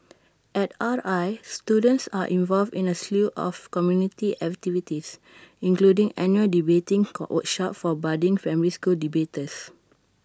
at R I students are involved in A slew of community activities including annual debating workshops for budding family school debaters